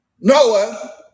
Noah